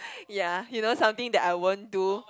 ya he knows something that I won't do